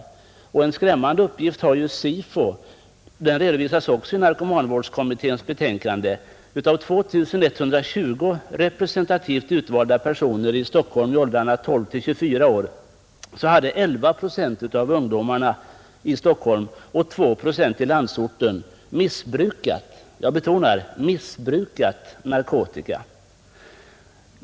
SIFO har också lämnat en skrämmande uppgift, som redovisas i narkomanvårdskommitténs betänkande, nämligen den att av 2 120 representativt utvalda personer i Stockholm i åldrarna 12 till 24 år hade 11 procent av ungdomarna i huvudstaden och 2 procent i landsorten missbrukat — jag betonar det, missbrukat — narkotika.